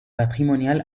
patrimonial